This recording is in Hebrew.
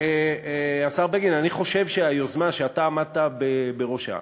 השר בגין, אני חושב שהיוזמה שאתה עמדת בראשה,